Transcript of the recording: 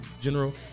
general